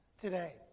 today